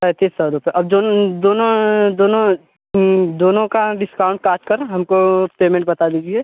पैंतीस सौ रुपए और जोन दोनों दोनों दोनों का डिस्काउंट काट कर हमको पेमेंट बता दीजिए